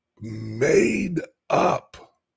made-up